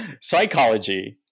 psychology